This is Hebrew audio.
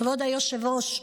כבוד היושב-ראש,